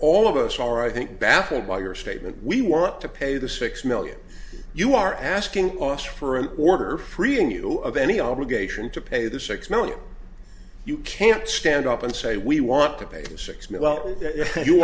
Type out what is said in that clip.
all of us are i think baffled by your statement we want to pay the six million you are asking us for an order freeing you of any obligation to pay the six million you can't stand up and say we want to pay